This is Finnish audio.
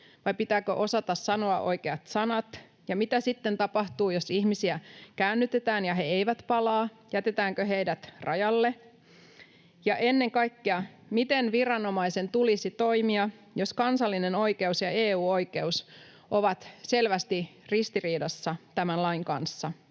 vai pitääkö osata sanoa oikeat sanat? Ja mitä sitten tapahtuu, jos ihmisiä käännytetään ja he eivät palaa. Jätetäänkö heidät rajalle? Ja ennen kaikkea: miten viranomaisen tulisi toimia jos kansallinen oikeus ja EU-oikeus ovat selvästi ristiriidassa tämän lain kanssa?